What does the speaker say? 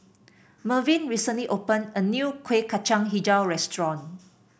Mervyn recently open a new Kueh Kacang hijau restaurant